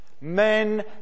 Men